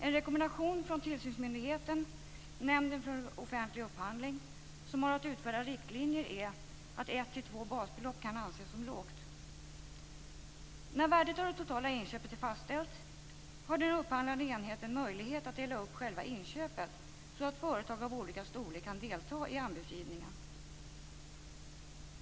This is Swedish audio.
En rekommendation från tillsynsmyndigheten Nämnden för offentlig upphandling, som har att utfärda riktlinjer, är att ett till två basbelopp kan anses som lågt. När värdet av det totala inköpet är fastställt har den upphandlande enheten möjlighet att dela upp själva inköpet så att företag av olika storlek kan delta i anbudsgivningen.